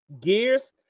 gears